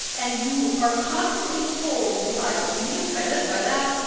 and you are constantly told by music, by this, by that,